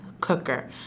Cooker